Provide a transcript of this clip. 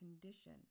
condition